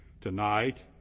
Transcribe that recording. tonight